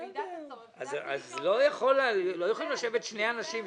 ובמידת הצורך --- אז לא יכולים לשבת שני אנשים,